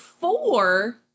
four